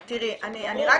תראי, אילת.